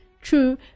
True